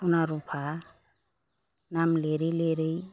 सना रुफा नाम लिरै लिरै